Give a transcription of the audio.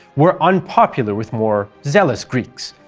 were unpopular with more zealous greeks,